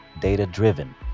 data-driven